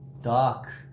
Dark